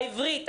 העברית,